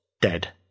dead